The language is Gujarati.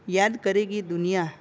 યાદ કરેગી દુનિયા